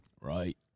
Right